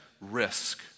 risk